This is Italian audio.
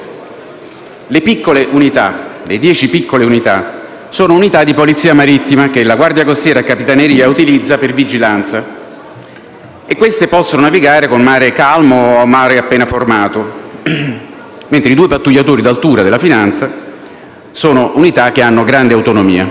da 27 metri. Le dieci piccole unità sono unità di polizia marittima che la Guardia costiera e la Capitaneria di porto utilizzano per la vigilanza e queste possono navigare con mare calmo o mare appena formato, mentre i due pattugliatori d'altura della Finanza sono unità che hanno grande autonomia.